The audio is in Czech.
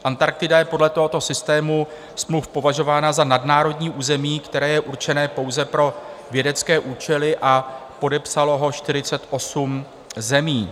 Antarktida je podle tohoto systému smluv považována za nadnárodní území, které je určené pouze pro vědecké účely, a podepsalo to 48 zemí.